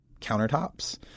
countertops